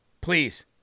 please